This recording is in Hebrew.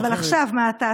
אבל עכשיו מה אתה?